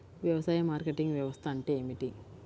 వ్యవసాయ మార్కెటింగ్ వ్యవస్థ అంటే ఏమిటి?